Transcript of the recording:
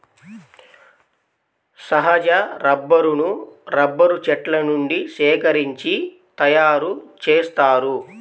సహజ రబ్బరును రబ్బరు చెట్ల నుండి సేకరించి తయారుచేస్తారు